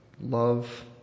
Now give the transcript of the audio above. love